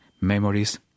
memories